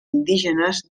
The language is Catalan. indígenes